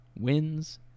wins